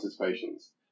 patients